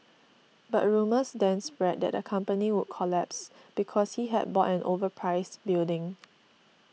but rumours then spread that the company would collapse because he had bought an overpriced building